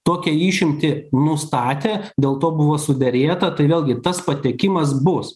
tokią išimtį nustatė dėl to buvo suderėta tai vėlgi tas patekimas bus